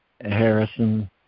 Harrison